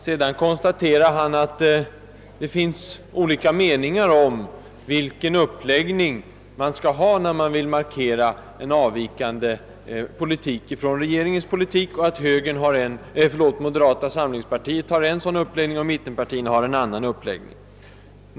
Sedan konstaterade han att det finns olika meningar om vilken uppläggning man skall tillämpa när man vill presentera en politik som avviker från regeringens — moderata samlingspartiet har en uppläggning, mittenpartierna en annan, sade herr Bohman.